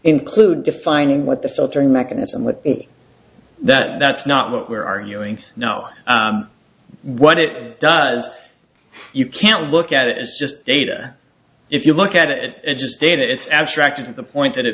include defining what the filtering mechanism but that that's not what we're arguing now what it does you can't look at it as just data if you look at it just data it's abstract to the point that it